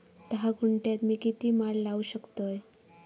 धा गुंठयात मी किती माड लावू शकतय?